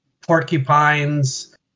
porcupines